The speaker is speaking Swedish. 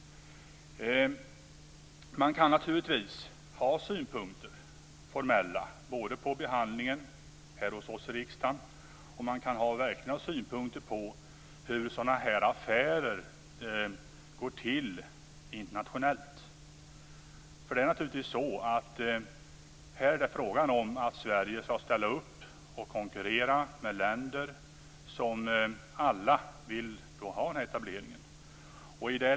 Man kan naturligtvis ha formella synpunkter på behandlingen här i riksdagen, och man kan också verkligen ha synpunkter på hur sådana här affärer går till internationellt. Sverige skall här konkurrera med flera andra länder som vill ha den här etableringen.